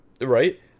Right